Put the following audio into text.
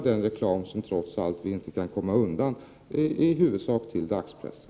Den reklam som vi trots allt inte kommer undan kan då styras till i huvudsak dagspressen.